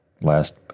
last